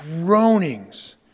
groanings